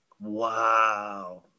Wow